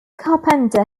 carpenter